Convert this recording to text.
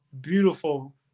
beautiful